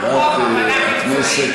כוח העבודה המקצועי,